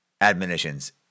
admonitions